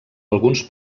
alguns